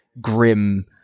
grim